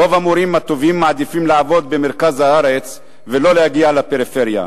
רוב המורים הטובים מעדיפים לעבוד במרכז הארץ ולא להגיע לפריפריה.